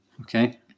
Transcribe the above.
Okay